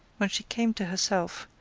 when she came to herself,